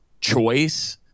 choice